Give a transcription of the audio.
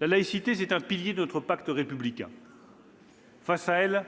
La laïcité, c'est un pilier de notre pacte républicain. Face à elle,